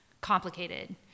complicated